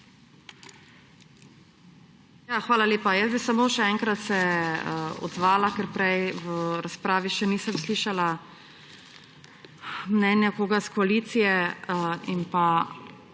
Hvala lepa. Jaz bi se samo še enkrat odzvala, ker prej v razpravi še nisem slišala mnenja koga iz koalicije in pa